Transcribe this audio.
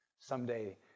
Someday